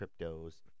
cryptos